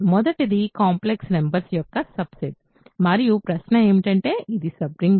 మొదటిది complex numbers యొక్క subset మరియు ప్రశ్న ఏమిటంటే ఇది సబ్ రింగా